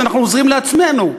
אנחנו עוזרים לעצמנו.